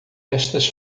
estas